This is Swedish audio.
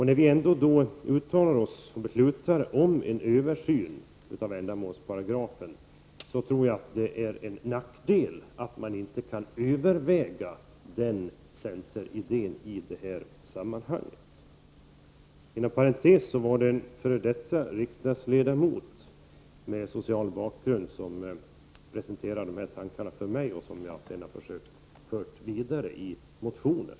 När vi ändå uttalar oss och beslutar om en översyn av ändamålsparagrafen, är det en nackdel att vi inte kan överväga denna centeridé i detta sammanhang. Inom parentes kan jag säga att det var en tidigare centerledamot med socialt förflutet som presenterade de här tankarna för mig, och dem har jag försökt föra vidare i motioner.